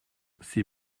ces